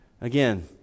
Again